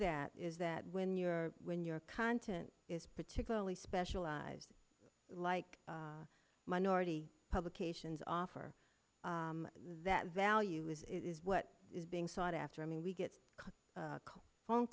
that is that when you're when you're content is particularly specialized like minority publications offer that value is what is being sought after i mean we get phone